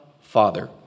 Father